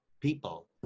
people